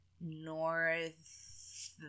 north